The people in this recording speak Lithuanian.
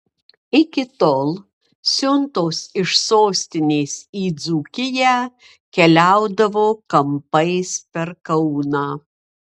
iki tol siuntos iš sostinės į dzūkiją keliaudavo kampais per kauną